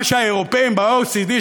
מה שהאירופים ב-OECD,